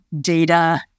data